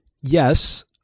Yes